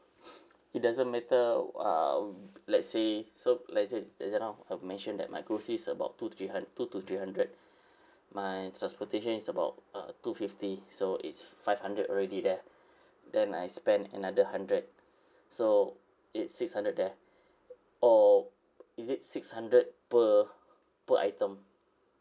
it doesn't matter uh let's say so let's say let's say now I mentioned that my groceries about two three hun~ two to three hundred my transportation is about uh two fifty so it's five hundred already there then I spend another hundred so it's six hundred there or is it six hundred per per item